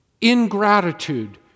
Ingratitude